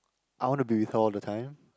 I want to be with her all the time